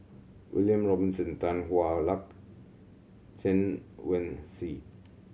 William Robinson Tan Hwa Luck Chen Wen Hsi